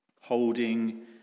holding